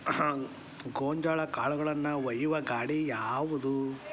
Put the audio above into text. ಗೋಂಜಾಳ ಕಾಳುಗಳನ್ನು ಒಯ್ಯುವ ಗಾಡಿ ಯಾವದು?